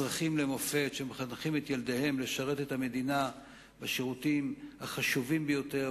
אזרחים למופת שמחנכים את ילדיהם לשרת את המדינה בשירותים החשובים ביותר,